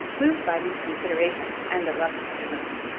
moved by these considerations and a love of presents,